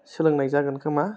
सोलोंनाय जागोन खोमा